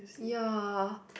ya